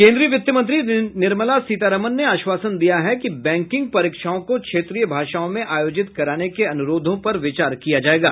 केन्द्रीय वित्तमंत्री निर्मला सीतारामन ने आश्वासन दिया है कि बैंकिंग परीक्षाओं को क्षेत्रीय भाषाओं में आयोजित कराने के अनुरोधों पर विचार किया जायेगा